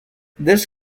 this